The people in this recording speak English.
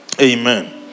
Amen